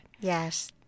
Yes